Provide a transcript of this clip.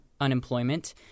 unemployment